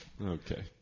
Okay